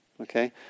okay